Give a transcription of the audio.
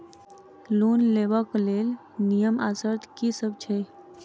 Loan लेबऽ कऽ लेल नियम आ शर्त की सब छई?